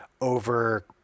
over